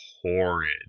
horrid